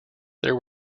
there